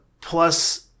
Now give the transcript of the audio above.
plus